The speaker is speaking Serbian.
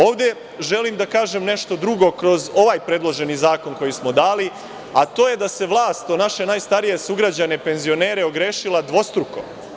Ovde želim da kažem nešto drugo kroz ovaj predloženi zakon koji smo dali, a to je da se vlast o naše najstarije sugrađane penzionere ogrešila dvostruko.